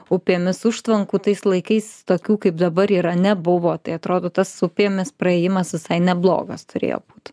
upėmis užtvankų tais laikais tokių kaip dabar yra nebuvo tai atrodo tas upėmis praėjimas visai neblogas turėjo būt